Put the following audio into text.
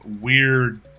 weird